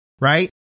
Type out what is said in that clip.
right